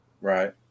Right